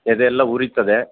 ಎದೆ ಎಲ್ಲ ಉರೀತದೆ